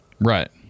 right